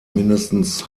mindestens